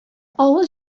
авыл